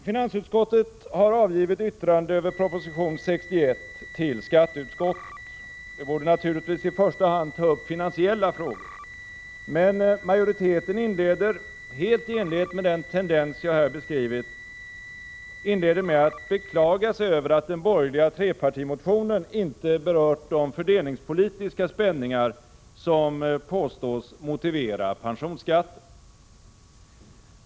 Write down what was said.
Finansutskottet har avgivit yttrande över proposition 61 till skatteutskottet. Finansutskottet borde naturligtvis i första hand ta upp finansiella frågor, men majoriteten inleder — helt i enlighet med den tendens som jag nyss beskrivit — med att beklaga sig över att den borgerliga trepartimotionen inte berört de fördelningspolitiska spänningar som påstås motivera pensionsskatten.